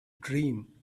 dream